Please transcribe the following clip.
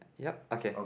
yup okay